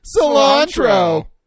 Cilantro